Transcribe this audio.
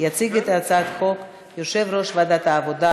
יציג את הצעת החוק יושב-ראש ועדת העבודה,